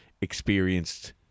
experienced